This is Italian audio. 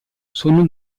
sono